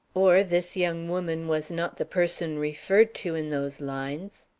or this young woman was not the person referred to in those lines.